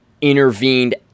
intervened